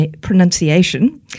pronunciation